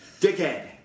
dickhead